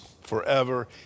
forever